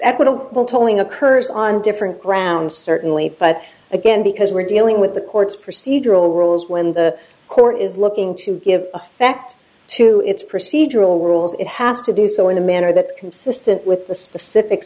equitable tolling occurs on different grounds certainly but again because we're dealing with the court's procedural rules when the court is looking to give effect to its procedural rules it has to do so in a manner that's consistent with the specific